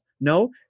no